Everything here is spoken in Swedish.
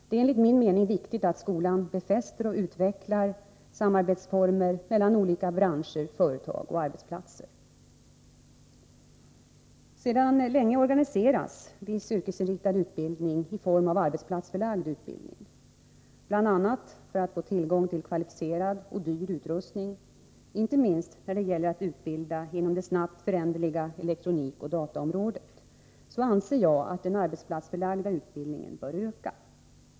Det är enligt min mening viktigt att skolan befäster och utvecklar formerna för samarbete mellan olika branscher, företag och arbetsplatser. Sedan länge organiseras viss yrkesinriktad utbildning i form av arbetsplatsförlagd utbildning. Bl. a. för att få tillgång till kvalificerad och dyr utrustning, inte minst när det gäller att utbilda inom det snabbt föränderliga elektronikoch dataområdet, anser jag att den arbetsplatsförlagda utbildningen bör öka.